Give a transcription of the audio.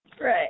Right